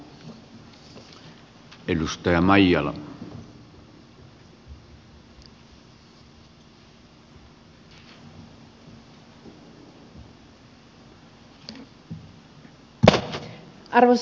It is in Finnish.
arvoisa puhemies